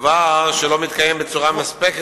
לא מתקיים בצורה מספקת,